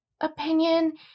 opinion